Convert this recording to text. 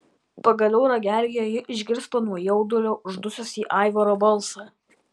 pagaliau ragelyje ji išgirsta nuo jaudulio uždususį aivaro balsą